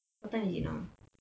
what time is it now ah